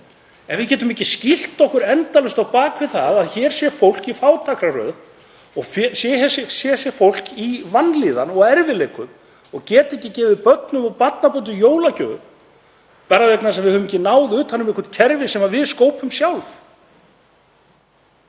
En við getum ekki skýlt okkur endalaust á bak við það að hér standi fólk í fátækraröð og hér sé fólk í vanlíðan og erfiðleikum og geti ekki gefið börnum og barnabörnum jólagjafir bara vegna þess að við höfum ekki náð utan um eitthvert kerfi sem við skópum sjálf.